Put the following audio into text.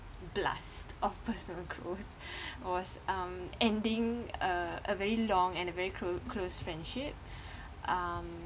blast of personal growth was um ending a a very long and a very close close friendship um